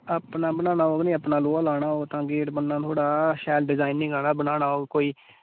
अपना बनाना होग निं अपना लोहा लाना होग तां गेट बनना थुआढ़ा शैल डिजाईनिंग आह्ला बनाना होग कोई